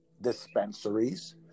dispensaries